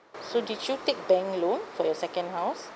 so did you take bank loan for your second house